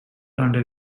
under